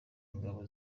ingabo